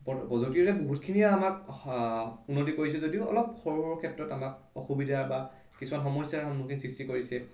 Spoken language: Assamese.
প্ৰযুক্তিবিদ্যায়ে এতিয়া বহুতখিনিয়ে আমাক উন্নতি কৰিছে যদিও অলপ সৰু সৰুৰ ক্ষেত্ৰত আমাক অসুবিধা বা কিছুমান সমস্যাৰ সন্মুখীন সৃষ্টি কৰিছে